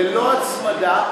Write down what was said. ללא הצמדה,